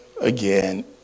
again